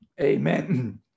Amen